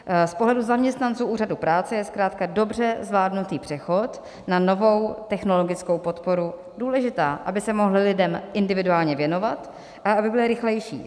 Z pohledu zaměstnanců Úřadu práce je zkrátka dobře zvládnutý přechod na novou technologickou podporu důležitý, aby se mohli lidem individuálně věnovat a aby byli rychlejší.